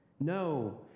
No